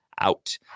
out